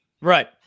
Right